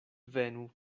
venu